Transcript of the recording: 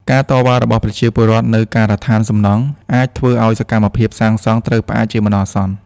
ការតវ៉ារបស់ប្រជាពលរដ្ឋនៅការដ្ឋានសំណង់ អាចធ្វើឱ្យសកម្មភាពសាងសង់ត្រូវផ្អាកជាបណ្ដោះអាសន្ន។